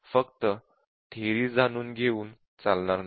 फक्त थेअरी जाणून घेऊन चालणार नाही